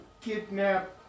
kidnap